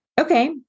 Okay